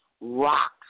rock